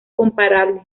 comparable